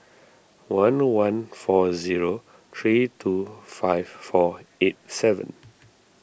one one four zero three two five four eight seven